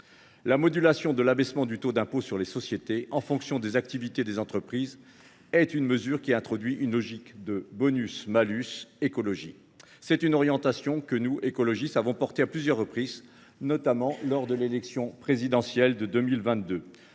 La modulation de l’abaissement du taux d’impôt sur les sociétés en fonction des activités des entreprises revient à introduire dans notre fiscalité une logique de bonus malus écologique. C’est là une orientation que nous, écologistes, avons promue à plusieurs reprises, notamment lors de l’élection présidentielle de 2022.